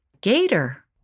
Gator